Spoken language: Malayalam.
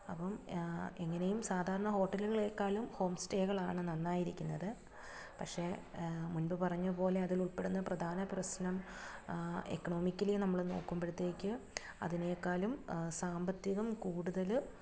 അപ്പം എങ്ങനെയും സാധാരണ ഹോട്ടലുകളെക്കാളും ഹോം സ്റ്റേകളാണ് നന്നായിരിക്കുന്നത് പക്ഷേ മുൻപ് പറഞ്ഞ പോലെ അതിലുൾപ്പെടുന്ന പ്രധാന പ്രശ്നം എക്കണോമിക്കലി നമ്മൾ നോക്കുമ്പോഴത്തേക്ക് അതിനേക്കാളും സാമ്പത്തികം കൂടുതൽ